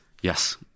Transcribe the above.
Yes